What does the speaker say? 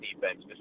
defense